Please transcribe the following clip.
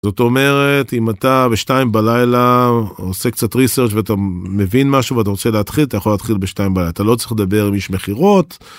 זאת אומרת, אם אתה בשתיים בלילה עושה קצת ריסרצ' ואתה מבין משהו ואתה רוצה להתחיל, אתה יכול להתחיל בשתיים בלילה, אתה לא צריך לדבר עם איש מכירות.